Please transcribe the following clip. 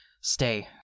stay